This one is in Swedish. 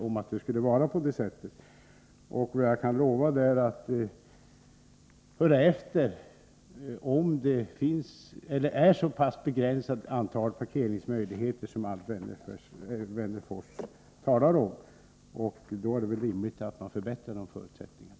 Vad jag kan lova att göra är att höra efter om det finns ett så begränsat antal parkeringsplatser som Alf Wennerfors sade. I så fall är det väl rimligt att man genomför förbättringar.